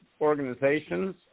organizations